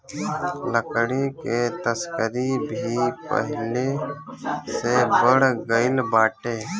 लकड़ी के तस्करी भी पहिले से बढ़ गइल बाटे